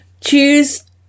Choose